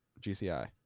GCI